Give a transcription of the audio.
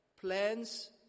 plans